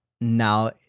now